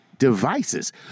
Devices